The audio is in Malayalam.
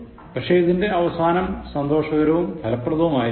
പക്ഷേ ഇതിൻറെ അവസാനം സന്തോഷകരവും ഫലപ്രടവുമായിരിക്കും